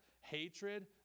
hatred